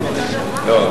לא,